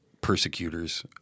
persecutors